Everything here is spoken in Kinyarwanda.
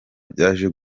byaje